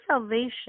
salvation